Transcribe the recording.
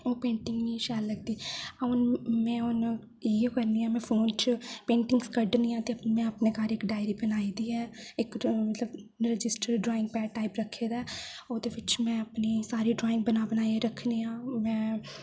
ओह् पेंटिंग मिगी शैल लगदी में हून इ'यो करदी आं फोन च पेंटिंग कड्ढनी आं ते में अपने घर इक डायरी बनाई दी ऐ इक मतलब रजिस्टर ड्राइंग पैड टाइप रक्खे दा ऐ में ओह्दे बिच अपनी सारी ड्राइंग बनाई बनाई रखनी आं में